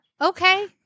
Okay